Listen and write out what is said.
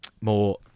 more